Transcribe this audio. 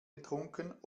getrunken